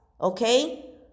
okay